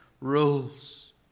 rules